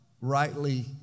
rightly